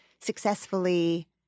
successfully